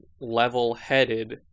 level-headed